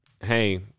hey